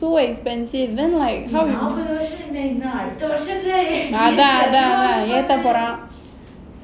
so expensive then like how நாற்பது வருஷமென்ன அடுத்த வருஷமே:naarpathu varushamenna adutha varushame G_S_T ஏத்த போறான்:etha poraan